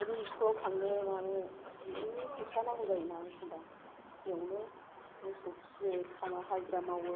गथ'फोरनि स्कुल आव थांनो मानो जि फैसा नांगौ जायो एखनब्ला बेयावनो मोसौ फिसियो हाजिरा मावो